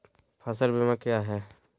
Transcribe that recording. फ़सल बीमा क्या है?